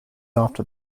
after